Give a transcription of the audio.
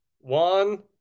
One